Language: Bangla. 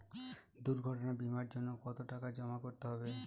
দুর্ঘটনা বিমার জন্য কত টাকা জমা করতে হবে?